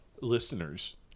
Listeners